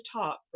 talk